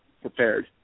prepared